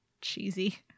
cheesy